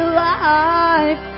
life